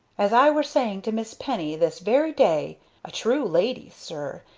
as i were saying to miss penny this very day a true lady, sir,